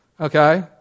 okay